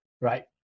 Right